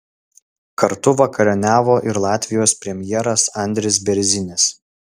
kartu vakarieniavo ir latvijos premjeras andris bėrzinis